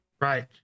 Right